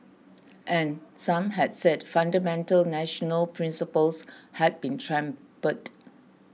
and some had said fundamental national principles had been trampled